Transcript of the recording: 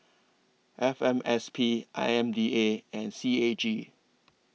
F M S P I M D A and C A G